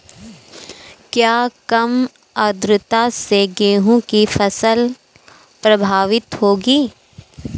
क्या कम आर्द्रता से गेहूँ की फसल प्रभावित होगी?